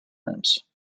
rooms